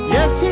Yes